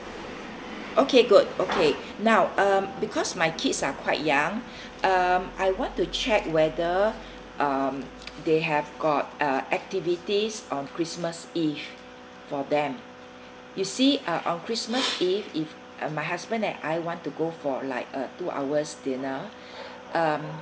okay good okay now um because my kids are quite young um I want to check whether um they have got uh activities on christmas eve for them you see uh on christmas eve if~ my husband and I want to go for like a two hours dinner um